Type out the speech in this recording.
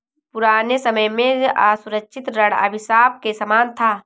पुराने समय में असुरक्षित ऋण अभिशाप के समान था